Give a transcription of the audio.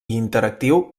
interactiu